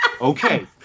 Okay